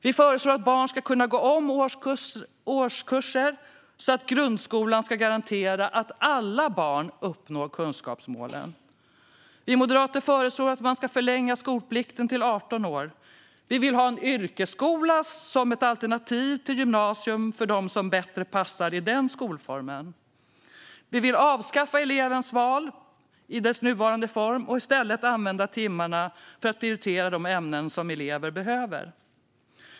Vi föreslår att barn ska kunna gå om årskurser så att grundskolan ska garantera att alla barn uppnår kunskapsmålen. Vi moderater föreslår att man ska förlänga skolplikten till 18 år, och vi vill ha en yrkesskola som ett alternativ till gymnasium för dem som bättre passar i den skolformen. Vi vill avskaffa elevens val i dess nuvarande form och i stället använda timmarna för att prioritera de ämnen som elever behöver.